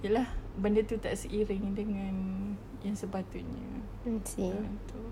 ya lah benda itu tak seiring dengan yang sepatutnya ah itu